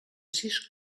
sis